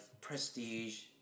prestige